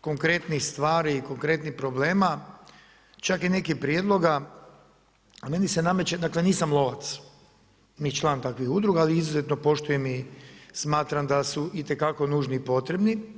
konkretnih stvari i konkretnih problema, čak i nekih prijedloga, a meni se nameće, dakle nisam lovac, ni član takvih udruga, ali izuzetno poštujem i smatram da su itekako nužni i potrebni.